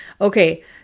Okay